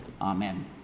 amen